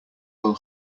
will